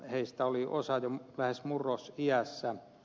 heistä oli osa jo lähes murrosiässä